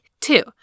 two